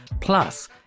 Plus